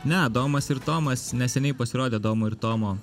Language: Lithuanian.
ne domas ir tomas neseniai pasirodė domo ir tomo